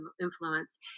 influence